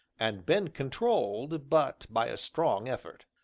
and been controlled, but by a strong effort.